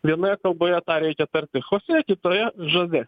vienoje kalboje tą reikia tarti chosė kitoje žozė